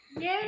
yay